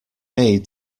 made